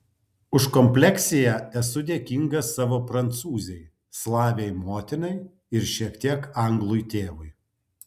už kompleksiją esu dėkingas savo prancūzei slavei motinai ir šiek tiek anglui tėvui